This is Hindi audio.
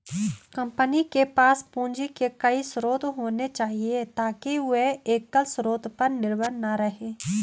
कंपनी के पास पूंजी के कई स्रोत होने चाहिए ताकि वे एकल स्रोत पर निर्भर न रहें